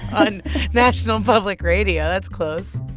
on national public radio. that's close.